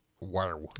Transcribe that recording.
wow